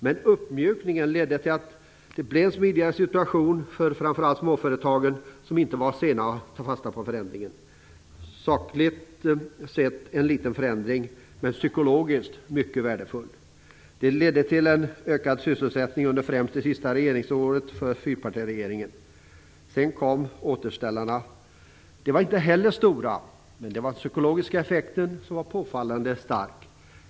Men uppmjukningen ledde till en smidigare situation för framför allt småföretagen, som inte var sena att ta fasta på förändringen. Sakligt sett en liten förändring, men psykologiskt mycket värdefull. Det ledde till en kraftigt ökad sysselsättning under främst det sista regeringsåret för fyrpartiregeringen. Sedan kom återställarna. De var inte heller stora, men den psykologiska effekten var påfallande stark.